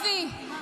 נעמה לוי,